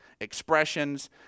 expressions